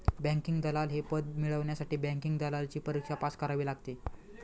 banking दलाल हे पद मिळवण्यासाठी बँकिंग दलालची परीक्षा पास करावी लागते